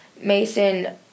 Mason